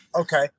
okay